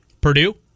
Purdue